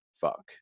fuck